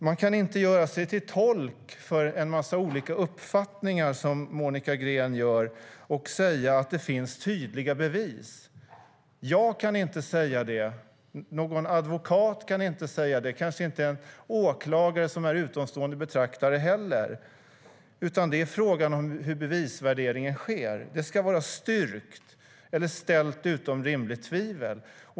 Man kan inte göra sig till tolk för en massa olika uppfattningar, som Monica Green gör, och säga att det finns tydliga bevis. Jag kan inte säga det, någon advokat kan inte säga det, kanske inte heller en åklagare som är utomstående betraktare, utan det är fråga om hur bevisvärderingen sker. Det ska vara styrkt eller ställt utom rimligt tvivel.